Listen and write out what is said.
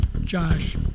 Josh